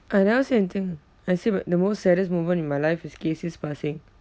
I never say anything I say about the most saddest moment in my life is casey's passing